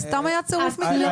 זה סתם היה צירוף מקרים?